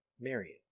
Marion